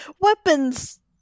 weapons